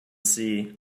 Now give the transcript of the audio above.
sea